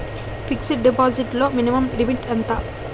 Fixed deposit లో minimum limit ఎంత?